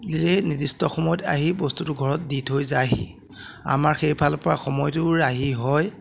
যিয়ে নিৰ্দিষ্ট সময়ত আহি বস্তুটো ঘৰত দি থৈ যায়হি আমাৰ সেইফালৰ পৰা সময়টোও ৰাহি হয়